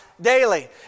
daily